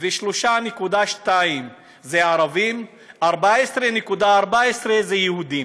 53.2% זה ערבים, 14.14% זה יהודים.